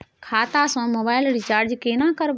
खाता स mobile recharge केना करबे?